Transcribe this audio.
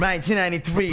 1993